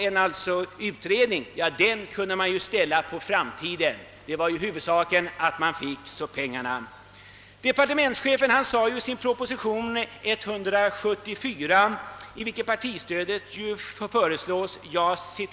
En utredning kunde man ställa på framtiden; huvudsaken var att man fick pengarna.